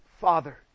Father